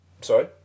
Sorry